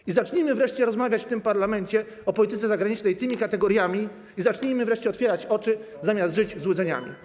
I zacznijmy wreszcie rozmawiać w tym parlamencie o polityce zagranicznej za pomocą tych kategorii, i zacznijmy wreszcie otwierać oczy, zamiast żyć złudzeniami.